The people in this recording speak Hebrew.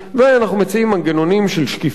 ואנחנו מציעים מנגנונים של שקיפות,